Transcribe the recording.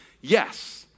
Yes